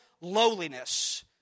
lowliness